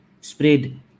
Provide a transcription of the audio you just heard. spread